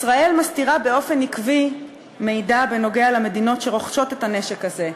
ישראל מסתירה באופן עקבי מידע בנוגע למדינות שרוכשות את הנשק הזה,